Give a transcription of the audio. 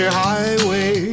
highway